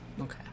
Okay